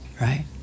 right